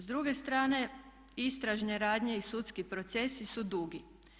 S druge strane, istražne radnje i sudski procesi su dugi.